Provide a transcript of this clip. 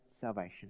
salvation